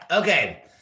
Okay